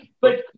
but-